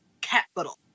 capital